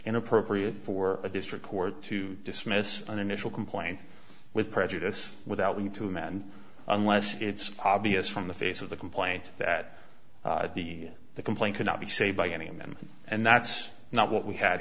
inappropriate for a district court to dismiss an initial complaint with prejudice without the need to amend unless it's obvious from the face of the complaint that the complaint cannot be saved by any of them and that's not what we had